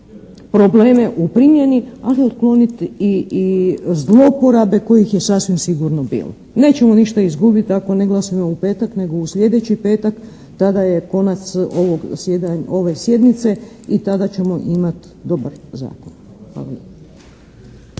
probleme u primjeni ali i otklonit zlouporabe kojih je sasvim sigurno bilo. Nećemo ništa izgubit ako ne glasujemo u petak nego u sljedeći petak. Tada je konac ove sjednice i tada ćemo imat dobar zakon.